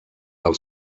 del